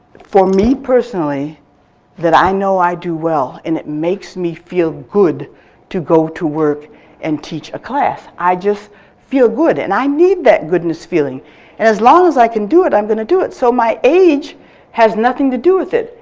for me personally that i know i do well and it makes me feel good to go to work and teach a class. i just feel good and i need that goodness feeling and as long as i can do it, i'm going to do it, so my age has nothing to do with it,